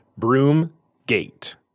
Broomgate